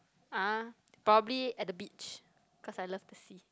ah probably at the beach cause I love the sea